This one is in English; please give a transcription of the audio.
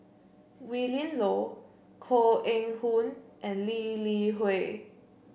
Willin Low Koh Eng Hoon and Lee Li Hui